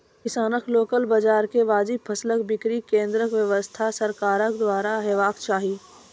किसानक लोकल बाजार मे वाजिब फसलक बिक्री केन्द्रक व्यवस्था सरकारक द्वारा हेवाक चाही?